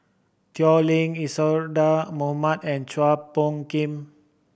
Tao Li Isadhora Mohamed and Chua Phung Kim